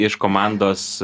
iš komandos